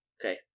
Okay